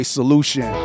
Solution